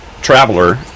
Traveler